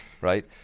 Right